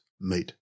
meet